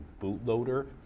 bootloader